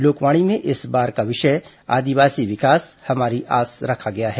लोकवाणी में इस बार का विषय आदिवासी विकास हमारी आस रखा गया है